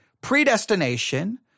predestination